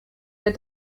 der